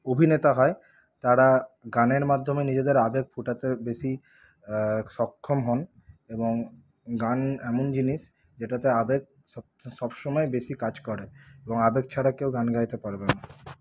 অভিনেতা হয় তারা গানের মাধ্যমে নিজেদের আবেগ ফোটাতে বেশি সক্ষম হন এবং গান এমন জিনিস যেটাতে আবেগ সবসময় বেশি কাজ করে এবং আবেগ ছাড়া কেউ গান গাইতে পারবেও না